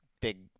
big